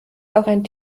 auch